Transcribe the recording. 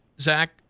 Zach